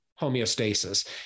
homeostasis